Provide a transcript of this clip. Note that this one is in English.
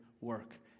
work